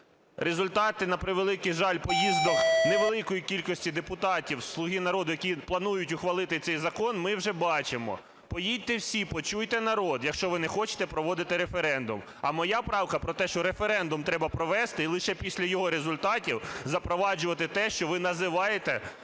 Результати, на превеликий жаль, поїздок невеликої кількості депутатів з "Слуги народу", які планують ухвалити цей закон, ми вже бачимо. Поїдьте всі, почуйте народ, якщо ви не хочете проводити референдум. А моя правка про те, що референдум треба провести і лише після його результатів запроваджувати те, що ви називаєте ринком